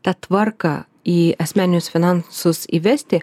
tą tvarką į asmeninius finansus įvesti